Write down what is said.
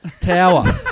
tower